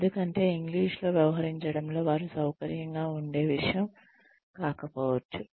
ఎందుకంటే ఇంగ్లీష్ లో వ్యవహరించడంలో వారు సౌకర్యంగా ఉండే విషయం కాకపోవచ్చు